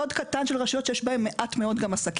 קטן של רשויות שיש בהן גם מעט מאוד עסקים.